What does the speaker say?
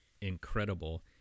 incredible